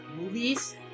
movies